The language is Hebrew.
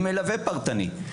עם מלווה פרטני.